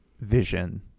vision